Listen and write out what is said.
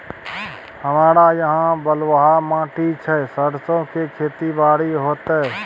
हमरा यहाँ बलूआ माटी छै सरसो के खेती बारी होते?